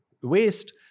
waste